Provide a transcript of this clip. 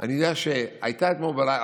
אני יודע שהייתה אתמול בלילה,